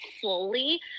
fully